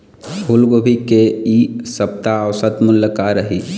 फूलगोभी के इ सप्ता औसत मूल्य का रही?